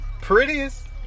Prettiest